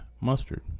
mustard